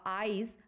eyes